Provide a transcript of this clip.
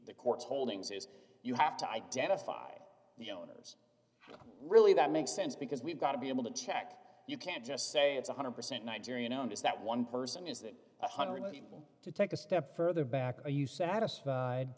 courts holdings is you have to identify the owners really that makes sense because we've got to be able to check you can't just say it's one hundred percent nigerian owned is that one person is that one hundred people to take a step further back are you satisfied